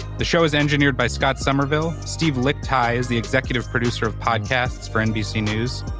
the show is engineered by scott somerville. steve lickteig is the executive producer of podcasts for nbc news.